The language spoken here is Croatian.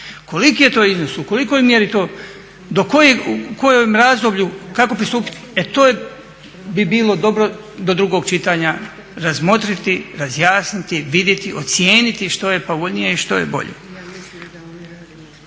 Koliki je to iznos, u kolikoj mjeri to, u kojem razdoblju, kako pristupiti? E to bi bilo dobro do drugog čitanja razmotriti, razjasniti, vidjeti, ocijeniti što je povoljnije i što je bolje.